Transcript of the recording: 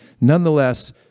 Nonetheless